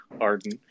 Arden